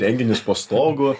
renginius po stogu